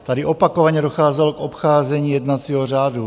Tady opakovaně docházelo k obcházení jednacího řádu.